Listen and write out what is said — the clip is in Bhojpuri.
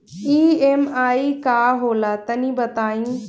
ई.एम.आई का होला तनि बताई?